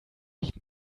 nicht